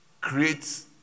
creates